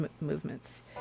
movements